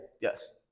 Yes